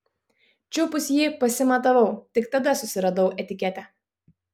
čiupusi jį pasimatavau tik tada susiradau etiketę